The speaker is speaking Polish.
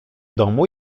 domu